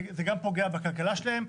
זה גם פוגע בכלכלה שלהן.